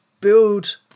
build